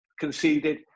conceded